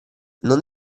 non